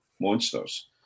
monsters